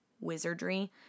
wizardry